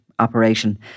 operation